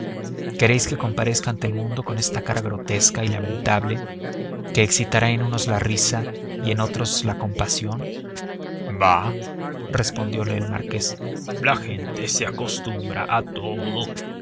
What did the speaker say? queréis que comparezca ante el mundo con esta cara grotesca y lamentable que excitará en unos la risa y en otros la compasión bah respondiole el marqués la gente se acostumbra a todo